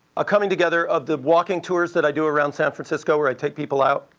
a coming together of the walking tours that i do around san francisco where i take people out.